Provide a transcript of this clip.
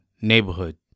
neighborhood